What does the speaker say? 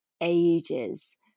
ages